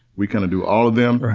we kind of do all of them.